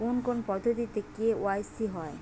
কোন কোন পদ্ধতিতে কে.ওয়াই.সি হয়?